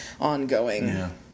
ongoing